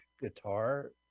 guitar